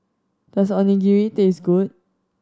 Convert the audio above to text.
does Onigiri taste good